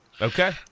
Okay